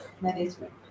management